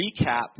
recap